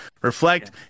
reflect